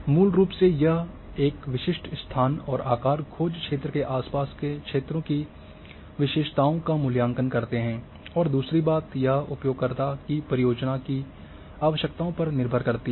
मूल रूप से ये एक विशिष्ट स्थान और आकार खोज क्षेत्र के आसपास के क्षेत्रों की विशेषताओं का मूल्यांकन करते हैं और दूसरी बात यह उपयोगकर्ता की परियोजना की आवश्यकताओं पर निर्भर करती है